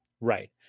right